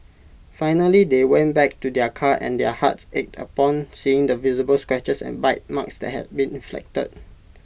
finally they went back to their car and their hearts ached upon seeing the visible scratches and bite marks that had been inflicted